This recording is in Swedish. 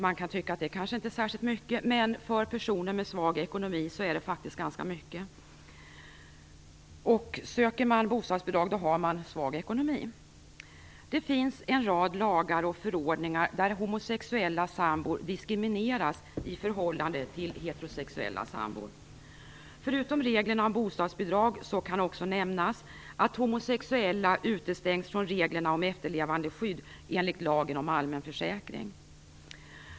Man kan tycka att det inte är särskilt mycket, men för personer med svag ekonomi är det faktiskt ganska mycket. Om man söker bostadsbidrag, har man svag ekonomi. Det finns en rad lagar och förordningar där homosexuella sambor diskrimineras i förhållande till heterosexuella sambor. Förutom reglerna om bostadsbidrag kan också nämnas att homosexuella utestängs från reglerna om efterlevandeskydd enligt lagen om allmän försäkring.